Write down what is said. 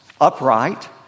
upright